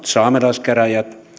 saamelaiskäräjät